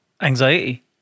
Anxiety